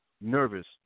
nervous